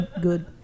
good